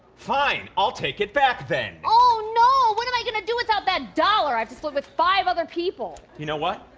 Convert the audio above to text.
fine, i'll take it back then. oh no! what am i gonna do without that dollar i have to split it with five other people? you know what?